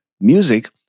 music